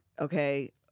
okay